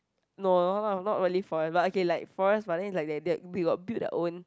no not not not really forest but okay like forest but then it's like that that they got built their own